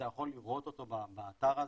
אתה יכול לראות אותו באתר הזה.